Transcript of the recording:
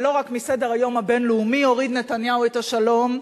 ולא רק מסדר-היום הבין-לאומי הוריד נתניהו את השלום,